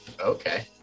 okay